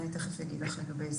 אני תכף אגיד לך לגבי זה.